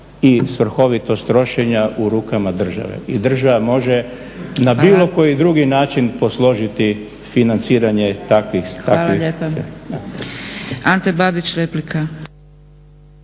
i svrhovitost trošenja u rukama države i država može na bilo koji drugi način posložiti financiranje takvih stavki. **Zgrebec, Dragica